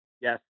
Yes